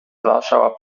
warschauer